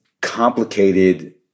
complicated